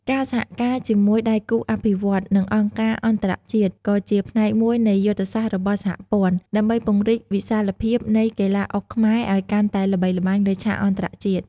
ការសហការជាមួយដៃគូអភិវឌ្ឍន៍ និងអង្គការអន្តរជាតិ ក៏ជាផ្នែកមួយនៃយុទ្ធសាស្ត្ររបស់សហព័ន្ធ ដើម្បីពង្រីកវិសាលភាពនៃកីឡាអុកខ្មែរឱ្យកាន់តែល្បីល្បាញលើឆាកអន្តរជាតិ។